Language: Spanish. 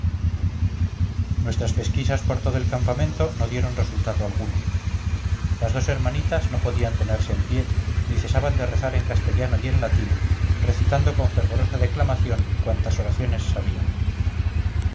nuestras pesquisas por todo el campamento no dieron resultado alguno las dos hermanitas no podían tenerse en pie ni cesaban de rezar en castellano y en latín recitando con fervorosa declamación cuantas oraciones sabían